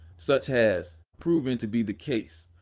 such has proven to be the case.